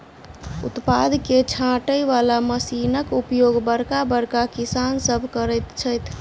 उत्पाद के छाँटय बला मशीनक उपयोग बड़का बड़का किसान सभ करैत छथि